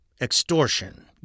Extortion